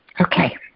Okay